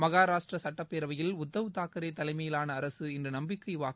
மகாராஷ்டிரா சுட்டப்பேரவையில் உத்தவ் தாக்ரே தலைமையிலான அரசு இன்று நம்பிக்கை வாக்கு